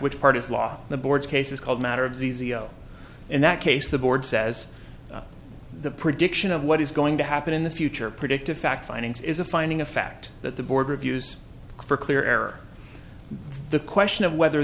which part is law the board's case is called matter of zio in that case the board says the prediction of what is going to happen in the future predictive fact findings is a finding of fact that the board reviews for clear error the question of whether